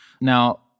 Now